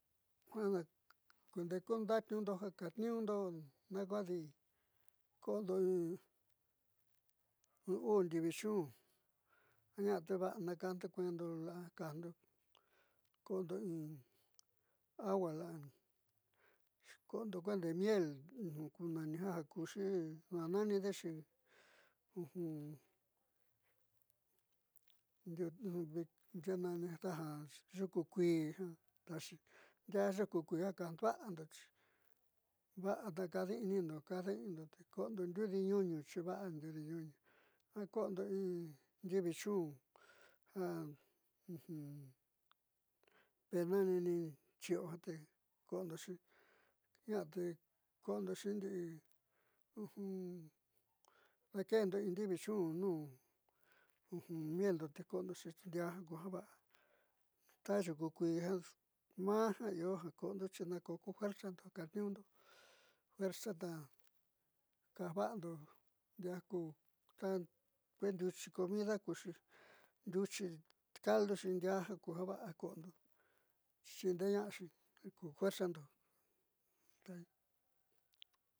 Ja kundeéku ndaatniundo ja katniiñuundo di ko'ondo in u'u ndiivichun a na'a te va'a na kajndo kueendo la'a ja kajndo ko'ondo in agua la'a xuko'ondo nkeúé ndee miel ku nani ja kuki daananidexi naaxeé nani taja yuku kuii ja taxi ndiaa yuku kuii ja kajvaándo xi vaadakadi'inindo kajde'eñundo te ko'ondo ndiudi ñuñu xi va'a ndiudi ñuñu a ko'ondo in ndivichún ja penani nichi'io te ko'ondoxi ña'a te ko'ondo ndi'i dake'endo in ndiivichun ñuun mielndote koondixindiaa ku ja va'a ta yuku kuii ja maá jia jo io ja ko'ondo xi na ko ku fuerzando ja katni'iñundo fuerza ja kajva'ando ndiaa ku ta kuee ndiuchi comida kuuxi ndiuchi caldoxi ndiaa ku ja va'a ja ko'ondo chindeeña'axi ja ku fuerzando.